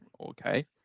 okay